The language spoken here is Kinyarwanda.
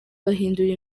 bahindura